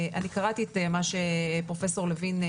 תוך כדי הדיון קיבלתי בווטסאפ וקראתי את מה ששלח פרופסור לוין.